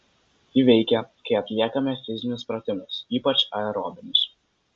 ji veikia kai atliekame fizinius pratimus ypač aerobinius